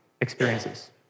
experiences